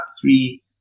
three